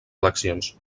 eleccions